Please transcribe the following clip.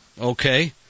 Okay